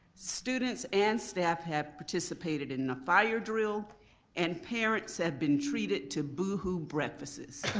students and staff have participated in a fire drill and parents have been treated to boo hoo breakfasts.